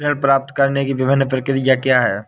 ऋण प्राप्त करने की विभिन्न प्रक्रिया क्या हैं?